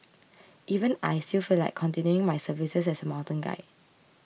even I still feel like continuing my services as a mountain guide